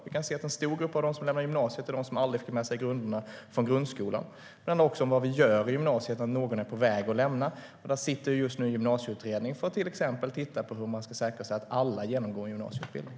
Vi kan se att en stor grupp av dem som lämnar gymnasiet är de som aldrig fick med sig grunderna från grundskolan. Det är också viktigt vad man gör när någon är på väg att lämna gymnasiet, och just nu sitter en gymnasieutredning som till exempel tittar på hur man kan säkerställa att alla genomgår en gymnasieutbildning.